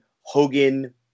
Hogan